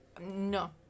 No